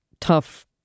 tough